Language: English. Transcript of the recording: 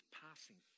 passing